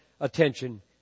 attention